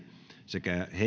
sekä timo